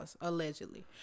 allegedly